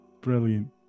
brilliant